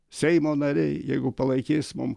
seimo nariai jeigu palaikys mum